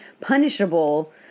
punishable